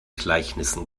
gleichnissen